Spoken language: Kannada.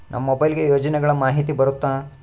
ನಮ್ ಮೊಬೈಲ್ ಗೆ ಯೋಜನೆ ಗಳಮಾಹಿತಿ ಬರುತ್ತ?